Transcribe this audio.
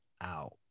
out